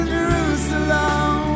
Jerusalem